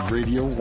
Radio